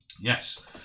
Yes